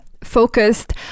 focused